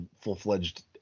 full-fledged